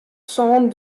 sân